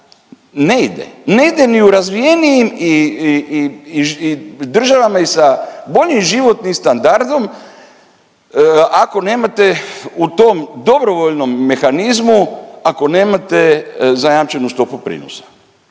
ne ide. Ne ide ni u razvijenijim i državama i sa boljim životnim standardom, ako nemate u tom dobrovoljnom mehanizmu, ako nemate zajamčenu stopu prinosa.